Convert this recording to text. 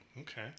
Okay